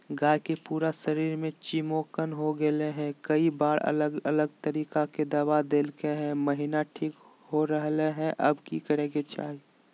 गाय के पूरा शरीर में चिमोकन हो गेलै है, कई बार अलग अलग तरह के दवा ल्गैलिए है महिना ठीक हो रहले है, अब की करे के चाही?